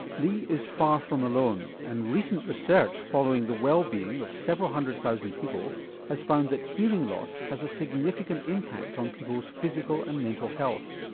leigh is far from alone and recent research following the wellbeing of several hundred thousand people has found that hearing loss has a significant impact on people's physical and mental health.